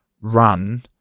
run